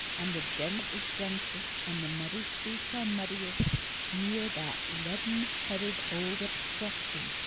and the dense fog is densest, and the muddy streets are muddiest near that leaden-headed old obstruction,